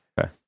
okay